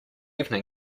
evening